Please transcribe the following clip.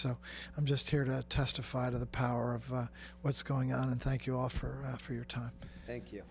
so i'm just here to testify to the power of what's going on and thank you offer for your time thank you